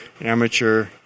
amateur